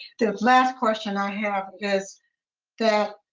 the last question i have is that,